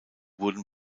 wurden